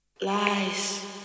lies